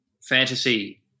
fantasy